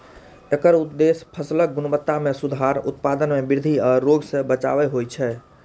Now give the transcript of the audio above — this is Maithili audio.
एकर उद्देश्य फसलक गुणवत्ता मे सुधार, उत्पादन मे वृद्धि आ रोग सं बचाव होइ छै